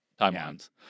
timelines